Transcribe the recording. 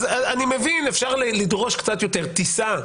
טיסה,